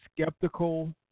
skeptical